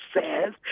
says